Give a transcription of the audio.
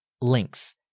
links